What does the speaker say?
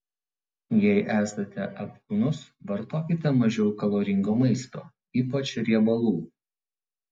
jei esate apkūnus vartokite mažiau kaloringo maisto ypač riebalų